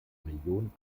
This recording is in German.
millionen